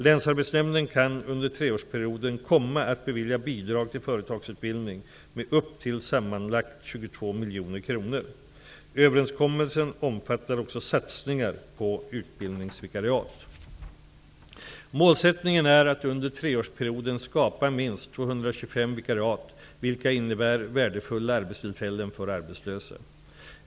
Länsarbetsnämnden kan under treårsperioden komma att bevilja bidrag till företagsutbildning med upp till sammanlagt 22 miljoner kronor. Överenskommelsen omfattar också satsningar på utbildningsvikariat. Målsättningen är att under treårsperioden skapa minst 225 vikariat, vilka innebär värdefulla arbetstillfällen för arbetslösa.